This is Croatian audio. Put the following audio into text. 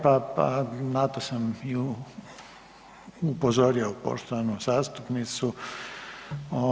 Pa na to sam i upozorio poštovanu zastupnicu.